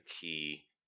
key